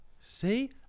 See